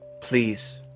Please